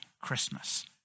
Christmas